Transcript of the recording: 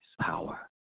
power